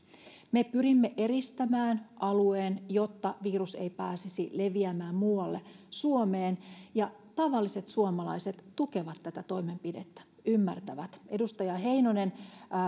me pyrimme eristämään alueen jotta virus ei pääsisi leviämään muualle suomeen ja tavalliset suomalaiset tukevat tätä toimenpidettä ja ymmärtävät edustaja heinonen